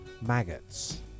Maggots